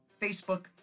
Facebook